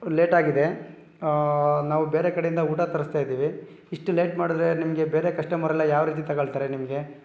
ಲೇಟಾಗಿದೆ ನಾವು ಬೇರೆ ಕಡೆಯಿಂದ ಊಟ ತರಿಸ್ತಾಯಿದ್ದೀವಿ ಇಷ್ಟು ಲೇಟ್ ಮಾಡಿದ್ರೆ ನಿಮಗೆ ಬೇರೆ ಕಸ್ಟಮರೆಲ್ಲ ಯಾವ ರೀತಿ ತೊಗೊಳ್ತಾರೆ ನಿಮಗೆ